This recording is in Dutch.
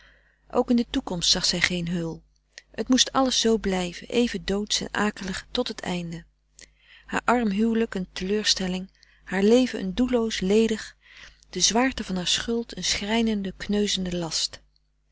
ook in de toekomst zag zij geen heul het moest alles zoo blijven even doodsch en akelig tot het einde haar arm huwelijk een teleurstelling haar leven een doelloos ledig de zwaarte van haar schuld een schrijnende kneuzende last